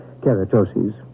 keratosis